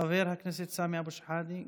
חבר הכנסת סמי אבו שחאדה,